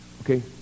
okay